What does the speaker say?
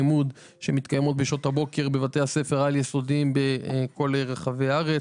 כיתות לימוד שפועלות בשעות הבוקר בבתי הספר העל יסודיים בכל רחבי הארץ,